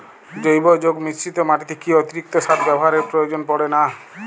জৈব যৌগ মিশ্রিত মাটিতে কি অতিরিক্ত সার ব্যবহারের প্রয়োজন পড়ে না?